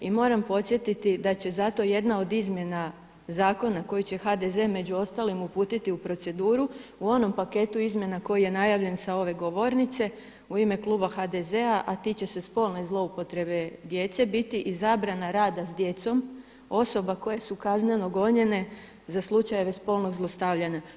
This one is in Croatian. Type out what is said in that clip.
I moram podsjetiti da će zato jedna od izmjena zakona koju će HDZ među ostalim uputiti u proceduru, u onom paketu izmjena koji je najavljen sa ove govornice u ime kluba HDZ-a a tiče se spolne zloupotrebe djece biti i zabrana rada s djecom osoba koje su kazneno gonjene za slučajeve spolnog zlostavljanja.